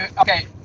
Okay